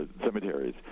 cemeteries